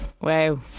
wow